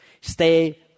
Stay